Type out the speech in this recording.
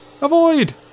Avoid